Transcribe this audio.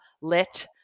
lit